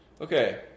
Okay